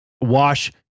wash